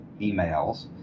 emails